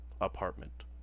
apartment